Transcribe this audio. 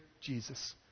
Jesus